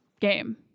game